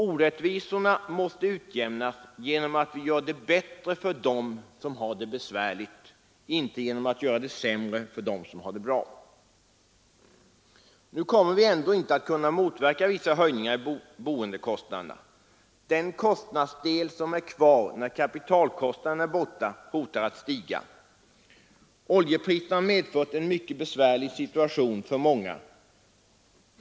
Orättvisorna måste utjämnas genom att vi gör det bättre för dem som har det besvärligt, inte genom att vi gör det sämre för dem som har det bra, Nu kommer vi ändå inte att kunna motverka vissa höjningar i boendekostnaderna. Den kostnadsdel som är kvar när kapitalkostnaden är borta hotar att stiga. Oljepriserna har medfört en mycket besvärlig situation för många.